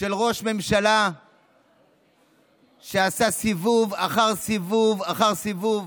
של ראש ממשלה שעשה סיבוב אחר סיבוב אחר סיבוב.